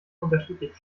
unterschiedlich